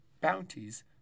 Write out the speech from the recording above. bounties